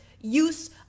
use